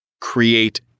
create